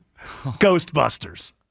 Ghostbusters